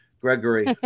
Gregory